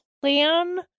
plan